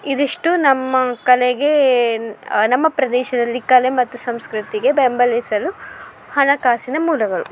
ಇದಿಷ್ಟು ನಮ್ಮ ಕಲೆಗೆ ನಮ್ಮ ಪ್ರದೇಶದಲ್ಲಿ ಕಲೆ ಮತ್ತು ಸಂಸ್ಕೃತಿಗೆ ಬೆಂಬಲಿಸಲು ಹಣಕಾಸಿನ ಮೂಲಗಳು